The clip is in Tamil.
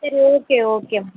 சரி ஓகே ஓகே